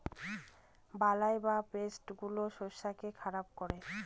বালাই বা পেস্ট গুলো শস্যকে খারাপ করে